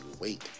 wait